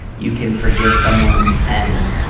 you can forgive someone and